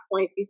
point